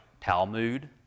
Talmud